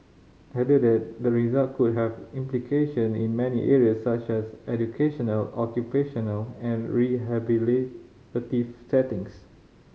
the results could have implication in many areas such as educational occupational and rehabilitative settings